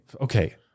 Okay